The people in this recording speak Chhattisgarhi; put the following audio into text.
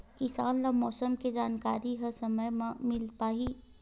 किसान ल मौसम के जानकारी ह समय म मिल पाही?